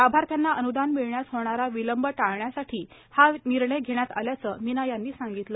लाभार्थ्यांना अनुदान मिळण्यास होणारा विलंब टाळण्यासाठी हा निर्णय घेण्यात आल्याचे मीना यांनी सांगितले